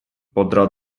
podrad